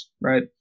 right